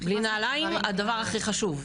בלי נעליים, הדבר הכי חשוב.